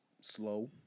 slow